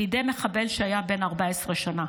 בידי מחבל שהיה בן 14 שנה.